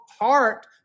heart